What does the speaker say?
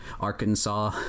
Arkansas